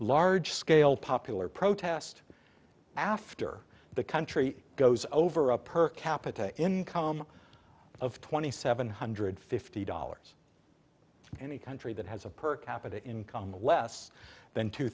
large scale popular protest after the country goes over a per capita income of twenty seven hundred fifty dollars any country that has a per capita income of less than two